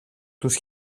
τους